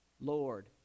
Lord